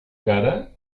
cara